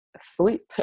sleep